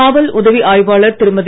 காவல் உதவி ஆய்வாளர் திருமதி